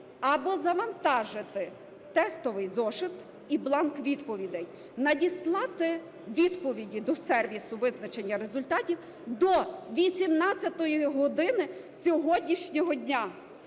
або завантажити тестовий зошит і бланк відповідей, надіслати відповіді до сервісу визначення результатів до 18 години сьогоднішнього дня.